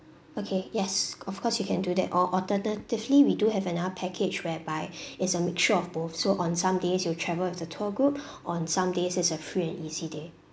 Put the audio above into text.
okay yes of course you can do that or alternatively we do have another package whereby it's a mixture of both so on some days you will travel with the tour group on some days it's a free and easy day